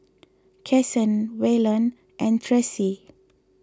Kasen Waylon and Tressie